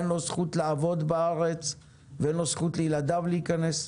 אין לו זכות לעבוד בארץ ואין זכות לילדיו להיכנס.